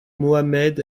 mohamed